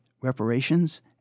reparations